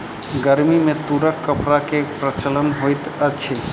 गर्मी में तूरक कपड़ा के प्रचलन होइत अछि